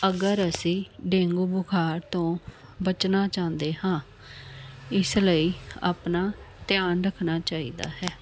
ਅਗਰ ਅਸੀਂ ਡੇਂਗੂ ਬੁਖਾਰ ਤੋਂ ਬਚਣਾ ਚਾਹੁੰਦੇ ਹਾਂ ਇਸ ਲਈ ਆਪਣਾ ਧਿਆਨ ਰੱਖਣਾ ਚਾਹੀਦਾ ਹੈ